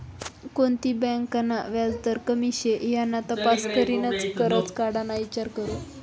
कोणती बँक ना व्याजदर कमी शे याना तपास करीनच करजं काढाना ईचार करो